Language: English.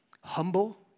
humble